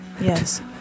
yes